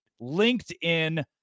LinkedIn